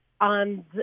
on